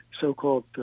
so-called